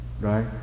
right